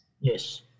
Yes